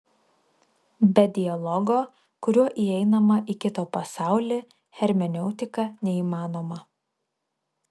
be dialogo kuriuo įeinama į kito pasaulį hermeneutika neįmanoma